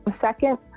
Second